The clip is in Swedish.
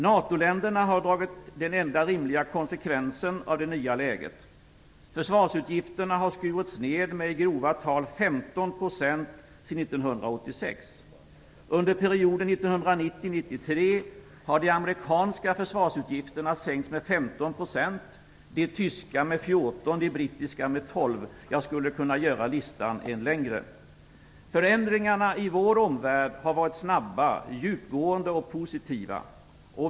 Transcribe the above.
NATO-länderna har dragit den enda rimliga konsekvensen att det nya läget. Försvarsutgifterna har skurits ned med i grova tal 15 % sedan 1986. Under perioden 1990-1993 har de amerikanska försvarsutgifterna sänkts med 15 %, de tyska med 14 % och de brittiska med 12 %. Jag skulle kunna göra listan än längre. Förändringarna i vår omvärld har varit snabba, djupgående och positiva.